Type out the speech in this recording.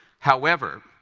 however,